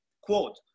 quote